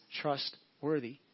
trustworthy